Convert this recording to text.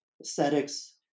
aesthetics